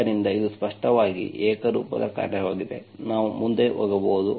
ಆದ್ದರಿಂದ ಇದು ಸ್ಪಷ್ಟವಾಗಿ ಏಕರೂಪದ ಕಾರ್ಯವಾಗಿದೆ ನಾವು ಮುಂದೆ ಹೋಗಬಹುದು